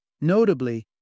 notably